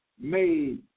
made